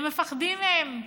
הם מפחדים מהם,